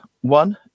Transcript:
one